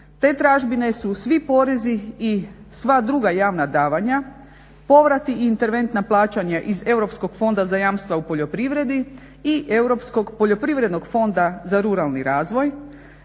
Te tražbine su svi porezi i sva druga javna davanja, povrati i interventna plaćanja iz Europskog fonda za jamstva u poljoprivrede i Europskog poljoprivrednog fonda za ruralni razvoj,